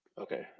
Okay